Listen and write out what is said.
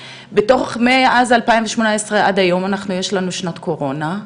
מאז 2018 ועד היום יש לנו שנת קורונה,